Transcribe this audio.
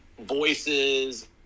voices